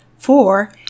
Four